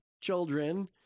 children